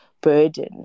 burden